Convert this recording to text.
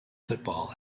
football